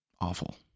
awful